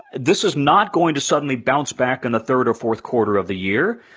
this is not going to suddenly bounce back in the third or fourth quarter of the year.